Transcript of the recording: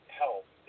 health